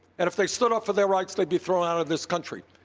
and if they stood up for their rights, they'd be thrown out of this country.